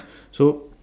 so